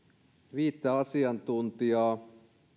asiantuntijaa